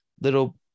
little